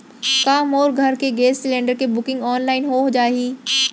का मोर घर के गैस सिलेंडर के बुकिंग ऑनलाइन हो जाही?